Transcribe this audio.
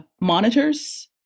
monitors